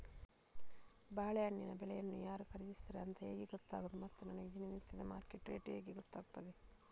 ಬಾಳೆಹಣ್ಣಿನ ಬೆಳೆಯನ್ನು ಯಾರು ಖರೀದಿಸುತ್ತಾರೆ ಅಂತ ಹೇಗೆ ಗೊತ್ತಾಗುವುದು ಮತ್ತು ನನಗೆ ದಿನನಿತ್ಯದ ಮಾರ್ಕೆಟ್ ರೇಟ್ ಹೇಗೆ ಗೊತ್ತಾಗುತ್ತದೆ?